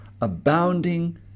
abounding